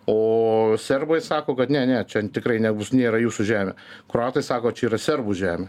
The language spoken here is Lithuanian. o serbai sako kad ne ne čia tikrai nebus nėra jūsų žemė kroatai sako čia yra serbų žemė